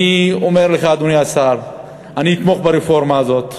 אני אומר לך, אדוני השר, אני אתמוך ברפורמה הזאת.